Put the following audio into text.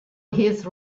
his